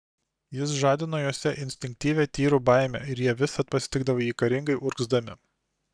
jis žadino juose instinktyvią tyrų baimę ir jie visad pasitikdavo jį karingai urgzdami